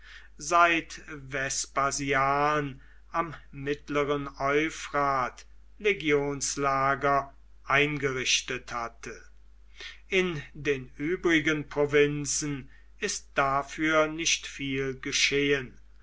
seit vespasian am mittleren euphrat legionslager eingerichtet hatte in den übrigen provinzen ist dafür nicht viel geschehen